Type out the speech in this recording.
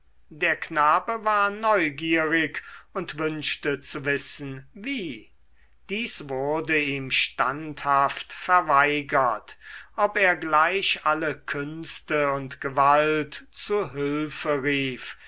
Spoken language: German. der knabe war neugierig und wünschte zu wissen wie dies wurde ihm standhaft verweigert ob er gleich alle künste und gewalt zu hülfe rief